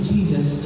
Jesus